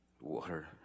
water